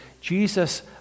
Jesus